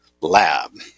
lab